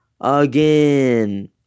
again